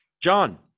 John